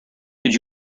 did